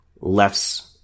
left's